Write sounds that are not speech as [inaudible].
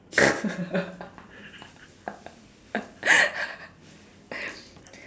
[laughs]